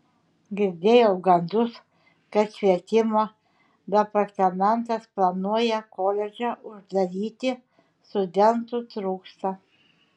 girdėjau gandus kad švietimo departamentas planuoja koledžą uždaryti studentų trūksta